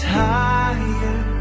higher